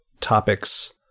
topics